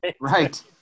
right